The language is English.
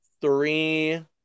three